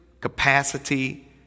capacity